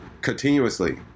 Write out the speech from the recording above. continuously